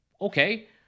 Okay